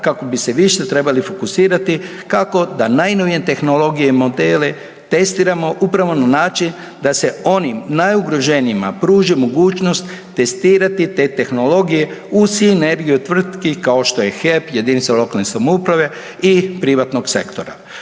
kako bi se više trebali fokusirati kako da najnovije tehnologije i modele testiramo upravo na način da se onim najugroženijima pruži mogućnost testirati te tehnologije u sinergiju tvrtki kao što je HEP, JLS-ovi i privatnog sektora.